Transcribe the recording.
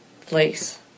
place